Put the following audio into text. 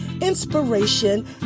inspiration